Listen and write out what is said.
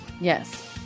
Yes